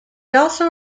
also